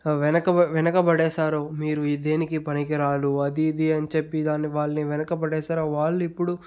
వెనక వెనకపడేసారు మీరు దేనికి పనికి రారు అది ఇది అని చెప్పి దాని వాళ్ళని వెనుక పడేసారు వాళ్ళు ఇప్పుడు